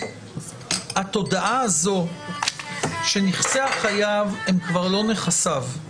התודעה הזאת שנכסי החייב הם כבר לא נכסיו,